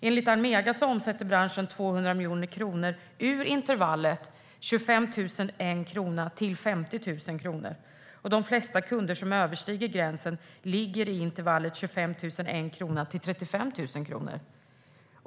Enligt Almega omsätter branschen 200 miljoner kronor ur intervallet 25 001 kronor till 50 000 kronor, och de flesta kunder som överstiger gränsen ligger i intervallet 25 001 kronor till 35 000 kronor.